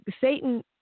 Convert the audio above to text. Satan